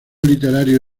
literario